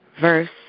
verse